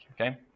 okay